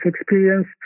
experience